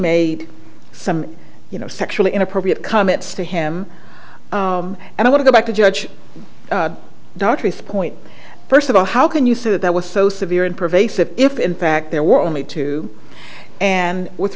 made some you know sexually inappropriate comments to him and i would go back to judge the truth point first of all how can you say that that was so severe and pervasive if in fact there were only two and with